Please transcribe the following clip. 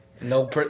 No